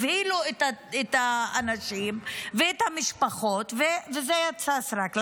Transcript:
הבהילו את האנשים ואת המשפחות וזה יצא סרק.